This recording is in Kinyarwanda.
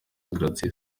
gratien